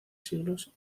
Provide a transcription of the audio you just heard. siglos